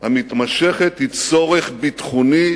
המתמשכת היא צורך ביטחוני,